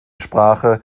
sprache